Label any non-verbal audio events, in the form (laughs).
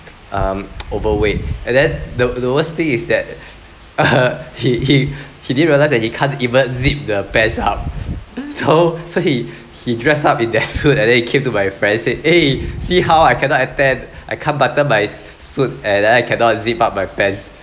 um (noise) overweight and then the the worst thing is that (laughs) he he he did realise that he can't even zip the pants up so (laughs) so he he dressed up in that suit and then he came to my friend and said eh see how I cannot attend I can't button my s~ suit and I cannot zip up my pants